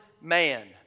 man